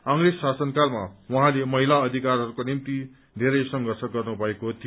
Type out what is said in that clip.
अंप्रेज शासनकालमा उहाँले महिला अधिकारहरूको निम्ति संघर्ष गर्नुभएको थियो